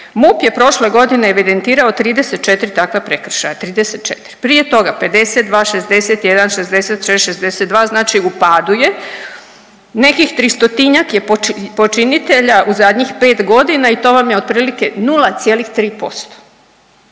MUP je prošle godine evidentirao 34 takva prekršaja, 34. Prije toga 52, 61, 66, 62 znači u padu je. Nekih 300-tinjak je počinitelja u zadnjih 5 godina i to vam je otprilike 0,3%